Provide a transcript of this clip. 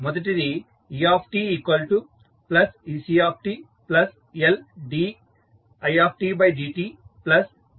మొదటిది etectLditdtRit